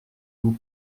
vous